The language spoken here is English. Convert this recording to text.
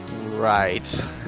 Right